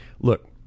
Look